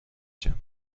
cię